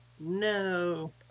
No